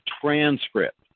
transcript